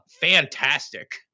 fantastic